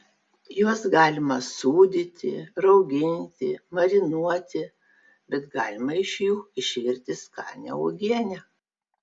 juos galima sūdyti rauginti marinuoti bet galima iš jų išvirti skanią uogienę